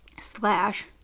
slash